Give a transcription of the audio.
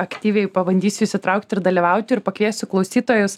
aktyviai pabandysiu įsitraukti ir dalyvauti ir pakviesiu klausytojus